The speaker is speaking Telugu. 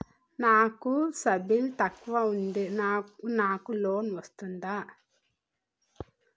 నాకు సిబిల్ తక్కువ ఉంది నాకు లోన్ వస్తుందా?